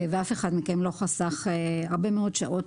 ואף אחד מכם לא חסך הרבה מאוד שעות.